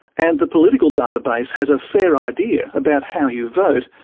and the political database has a fair idea about how you vote,